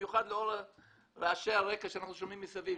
במיוחד לאור רעשי הרקע שאנחנו שומעים מסביב,